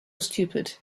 stupid